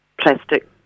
plastic